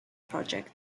project